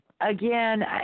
Again